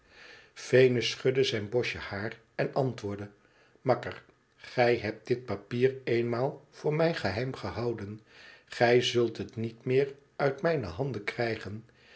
venus schudde zijn bosje haar en antwoordde makker gij hebt dit papier eenmaal voor mij geheim gehouden gij zult het niet meer uit mijne handen krijgen